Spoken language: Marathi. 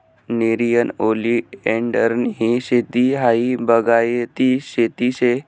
नेरियन ओलीएंडरनी शेती हायी बागायती शेती शे